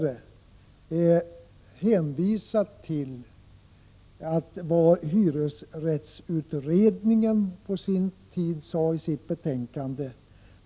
Vi hänvisade då till vad hyresrättsutredningen på sin tid sade i sitt betänkande.